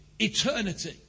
Eternity